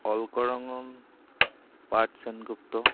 অলংকৰণ Partha Sengupta